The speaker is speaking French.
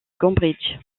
cambridge